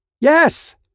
Yes